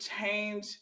change